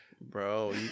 Bro